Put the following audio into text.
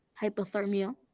hypothermia